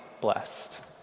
blessed